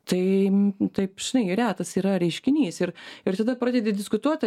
tai taip žinai retas yra reiškinys ir ir tada pradedi diskutuoti